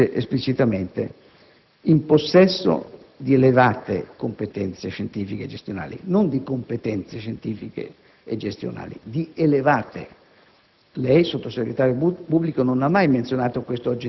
all'articolo 6 prevede esplicitamente che siano in possesso di elevate competenze scientifiche e gestionali»; non di competenze scientifiche e gestionali, ma elevate competenze.